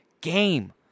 game